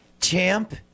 Champ